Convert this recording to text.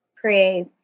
create